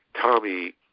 Tommy